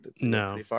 No